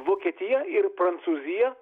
vokietija ir prancūzija